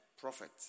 prophet